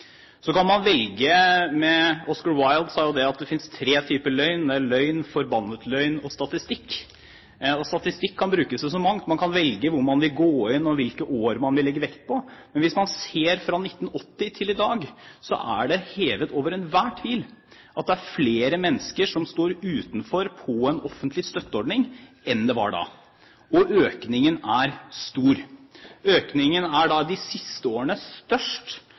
så mangt. Man kan velge hvor man vil gå inn og hvilke år man vil legge vekt på. Men hvis man ser på perioden fra 1980 og fram til i dag, er det hevet over enhver tvil at det er flere mennesker som står utenfor, på en offentlig støtteordning, enn det var da, og økningen er stor. Økningen er de siste årene størst